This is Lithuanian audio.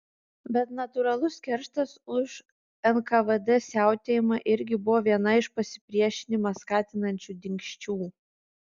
bet natūralus kerštas už nkvd siautėjimą irgi buvo viena iš pasipriešinimą skatinančių dingsčių